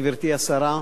גברתי השרה,